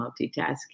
multitasking